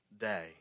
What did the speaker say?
Day